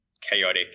Chaotic